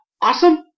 Awesome